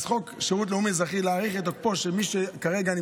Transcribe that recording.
אז חוק שירות לאומי-אזרחי,